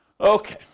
Okay